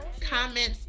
comments